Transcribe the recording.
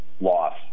loss